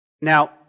Now